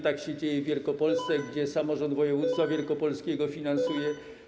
Tak się dzieje w Wielkopolsce, gdzie samorząd województwa wielkopolskiego to finansuje.